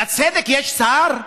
לצדק יש שר?